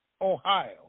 Ohio